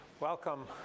Welcome